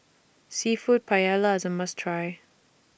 Seafood Paella IS A must Try